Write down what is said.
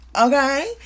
Okay